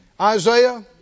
Isaiah